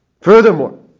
Furthermore